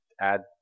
add